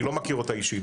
אני לא מכיר אותה אישית.